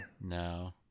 No